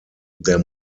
der